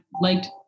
liked